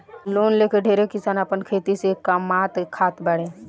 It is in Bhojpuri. लोन लेके ढेरे किसान आपन खेती से कामात खात बाड़े